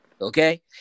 Okay